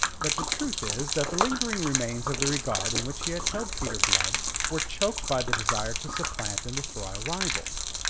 but the truth is that the lingering remains of the regard in which he had held peter blood were choked by the desire to supplant and destroy a rival.